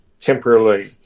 temporarily